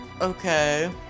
Okay